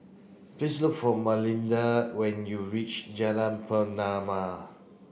please look for Malinda when you reach Jalan Pernama